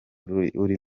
uri